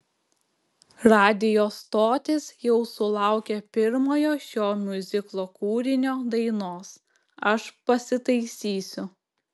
radijo stotys jau sulaukė pirmojo šio miuziklo kūrinio dainos aš pasitaisysiu